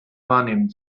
wahrnehmen